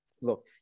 Look